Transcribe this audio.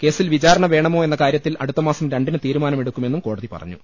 കേസിൽ വിചാരണ വേണമോ എന്ന കാര്യത്തിൽ അടുത്ത മാസം രണ്ടിന് തീരുമാനമെടുക്കുമെന്നും കോടതി പറഞ്ഞു